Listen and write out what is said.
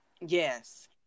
Yes